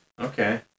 Okay